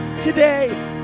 today